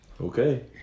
Okay